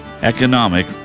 economic